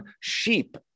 sheep